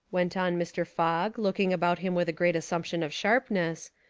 went on mr. fogg, looking about him with a great assumption of sharpness,